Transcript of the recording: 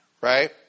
right